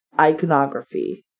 iconography